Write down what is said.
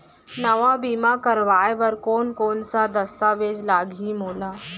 नवा बीमा करवाय बर कोन कोन स दस्तावेज लागही मोला?